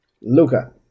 Luca